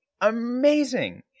amazing